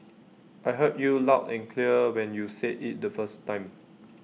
I heard you loud and clear when you said IT the first time